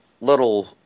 little